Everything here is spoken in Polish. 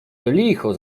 licho